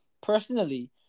personally